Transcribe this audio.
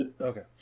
Okay